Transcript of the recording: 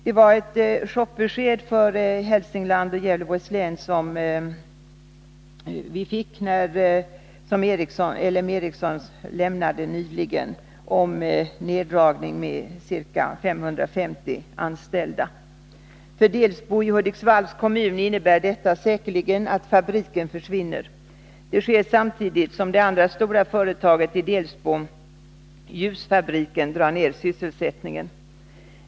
Det var ett chockbesked för Hälsingland och Gävleborgs län som vi fick från L M Ericsson nyligen om neddragning med ca 550 personer. För Delsbo i Hudiksvalls kommun innebär detta säkerligen att fabriken försvinner. Det sker samtidigt som det andra stora företaget i Delsbo, ljusfabriken, drar ned sysselsättningen.